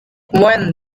when